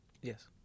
Yes